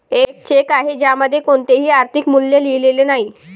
एक चेक आहे ज्यामध्ये कोणतेही आर्थिक मूल्य लिहिलेले नाही